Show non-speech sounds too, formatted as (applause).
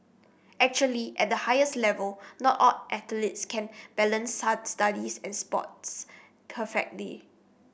actually at the highest level not all athletes can balance (unintelligible) studies and sports perfectly